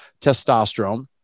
testosterone